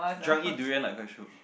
drunk eat durian like quite shiok